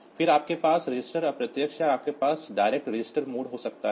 फिर हमारे पास रजिस्टर इंडिरेक्ट या आपके पास डायरेक्ट रजिस्टर मोड हो सकता है